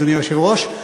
אדוני היושב-ראש,